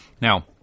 Now